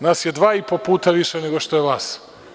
Nas je dva i po puta više nego što je vas.